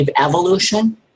evolution